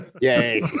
yay